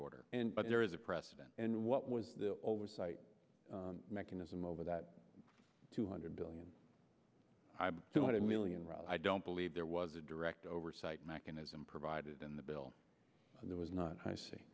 order but there is a precedent and what was the oversight mechanism over that two hundred billion two hundred million i don't believe there was a direct oversight mechanism provided in the bill that was not i see